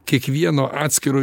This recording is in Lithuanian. kiekvieno atskiro